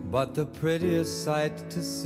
bado periesaitis